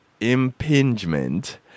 impingement